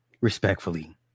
respectfully